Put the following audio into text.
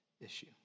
issue